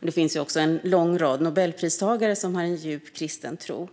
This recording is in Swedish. Det finns också en lång rad Nobelpristagare som har en djup kristen tro.